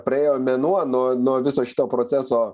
praėjo mėnuo nuo nuo viso šito proceso